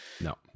No